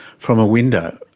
from a window,